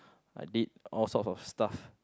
I did all sorts of stuff